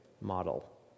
model